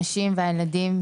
הנשים והילדים,